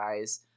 guys